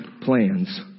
plans